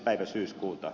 päivä syyskuuta